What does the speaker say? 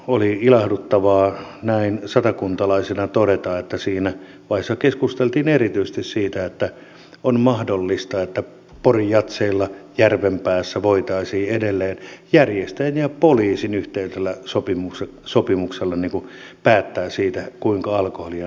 oli ilahduttavaa näin satakuntalaisena todeta että siinä vaiheessa keskusteltiin erityisesti siitä että on mahdollista että pori jazzeilla ja järvenpäässä voitaisiin edelleen järjestäjien ja poliisin yhteisellä sopimuksella päättää siitä kuinka alkoholia nautitaan